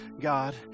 God